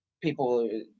people